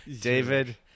David